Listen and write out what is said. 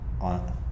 on